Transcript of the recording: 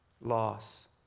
loss